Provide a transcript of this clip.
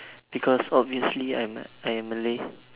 because obviously I'm a I am Malay